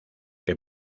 que